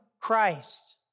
Christ